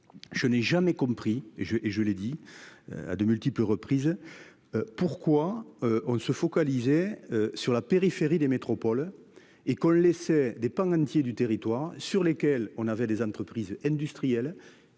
je n'ai jamais compris et je et, je l'ai dit. À de multiples reprises. Pourquoi on ne se focaliser. Sur la périphérie des métropoles et qu'on laissait des pans entiers du territoire sur lesquels on avait des entreprises industrielles.